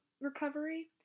recovery